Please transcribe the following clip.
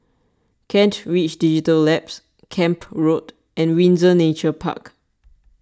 Kent Ridge Digital Labs Camp Road and Windsor Nature Park